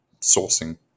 sourcing